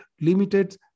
limited